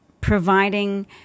providing